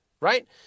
right